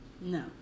no